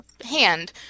hand